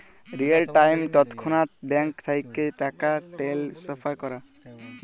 real time তৎক্ষণাৎ bank থ্যাইকে টাকা টেলেসফার ক্যরা